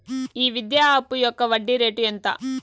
ఈ విద్యా అప్పు యొక్క వడ్డీ రేటు ఎంత?